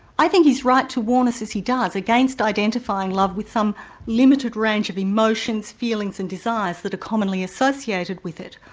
i think he's right to warn us as he does, against identifying love with some limited range of emotions, feelings and desires that are commonly associated with it,